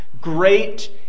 great